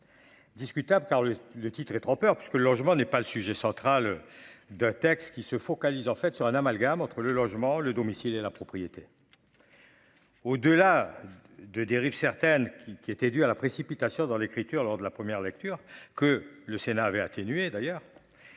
Discutable car le titre est trompeur puisque le logement n'est pas le sujet central de textes qui se focalise en fait sur un amalgame entre le logement le domicile et la propriété. Au delà. De dérive certaines qui qui était due à la précipitation dans l'écriture lors de la première lecture que le Sénat avait atténué d'ailleurs.